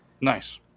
Nice